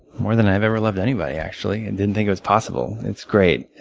more than i've ever loved anybody, actually, and didn't think it was possible. it's great.